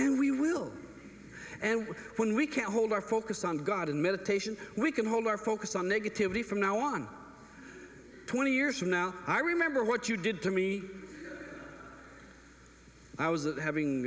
and we will and when we can hold our focus on god in meditation we can hold our focus on negativity from now on twenty years from now i remember what you did to me i was having